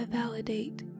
validate